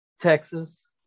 Texas